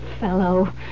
fellow